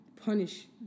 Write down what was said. punish